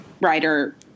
writer